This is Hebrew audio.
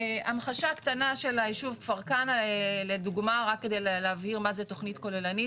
המחשה קטנה של הישוב כפר כנא לדוגמה רק כדי להבהיר מה זה תכנית כוללנית.